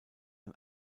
ein